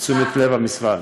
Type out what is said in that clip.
לתשומת לב המשרד.